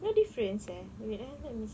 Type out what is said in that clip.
no difference eh wait eh let me see